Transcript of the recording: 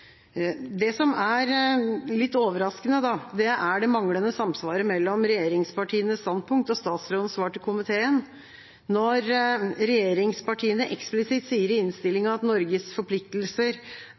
Det som er litt overraskende, er det manglende samsvaret mellom regjeringspartienes standpunkt og statsrådens svar til komiteen. Når regjeringspartiene eksplisitt sier i